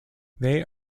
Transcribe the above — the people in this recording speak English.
they